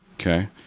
Okay